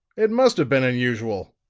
it must have been unusual,